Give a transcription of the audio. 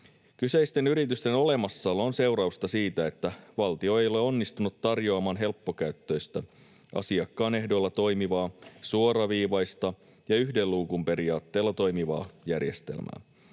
Kyseisten yritysten olemassaolo on seurausta siitä, että valtio ei ole onnistunut tarjoamaan helppokäyttöistä, asiakkaan ehdoilla toimivaa, suoraviivaista ja yhden luukun periaatteella toimivaa järjestelmää.